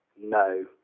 no